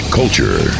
culture